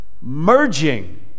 merging